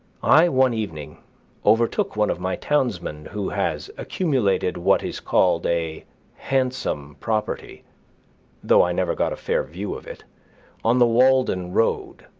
i one evening overtook one of my townsmen, who has accumulated what is called a handsome property though i never got a fair view of it on the walden road,